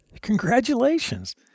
Congratulations